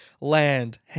land